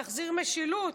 נחזיר משילות.